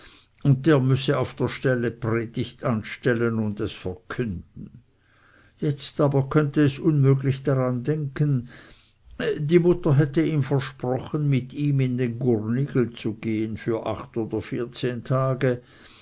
und der müsse auf der stelle predig anstellen und es verkünden jetzt aber könnte es unmöglich daran sinnen die mutter hätte ihm versprochen mit ihm in den gurnigel zu gehen für acht oder vierzehn tage